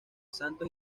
santos